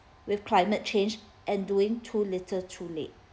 with climate change and doing too little too late